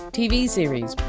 tv series,